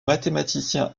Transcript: mathématicien